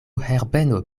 herbeno